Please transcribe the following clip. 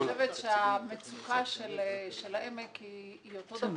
אני חושבת שהמצוקה של העמק היא אותה